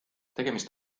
tegemist